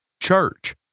church